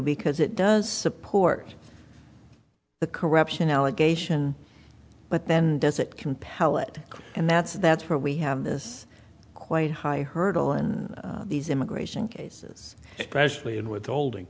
because it does support the corruption allegation but then does it compel it and that's that's where we have this quite high hurdle and these immigration cases freshly in withholding